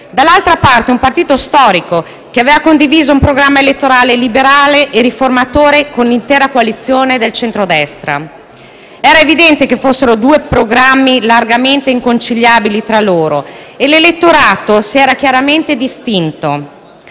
Dall'altra parte, vi è invece un partito storico, che aveva condiviso un programma elettorale liberale e riformatore con l'intera coalizione del centrodestra. Era evidente che fossero due programmi largamente inconciliabili tra loro. E l'elettorato si era chiaramente distinto.